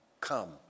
come